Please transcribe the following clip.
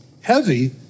heavy